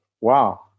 Wow